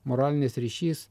moralinis ryšys